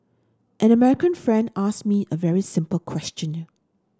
an American friend asked me a very simple question